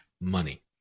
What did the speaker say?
money